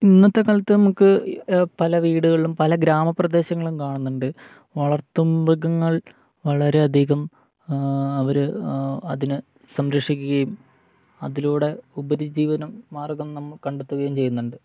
ഇന്നത്തെക്കാലത്ത് നമുക്ക് പല വീടുകളിലും പല ഗ്രാമപ്രദേശങ്ങളിലും കാണുന്നുണ്ട് വളർത്തുമൃഗങ്ങൾ വളരെയധികം അവര് അതിനെ സംരക്ഷിക്കുകയും അതിലൂടെ ഉപജീവനമാർഗ്ഗം നമ്മള് കണ്ടെത്തുകയും ചെയ്യുന്നുണ്ട്